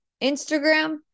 Instagram